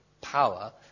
power